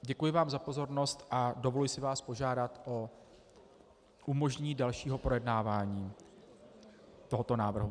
Děkuji vám za pozornost a dovoluji si vás požádat o umožnění dalšího projednávání tohoto návrhu.